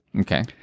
Okay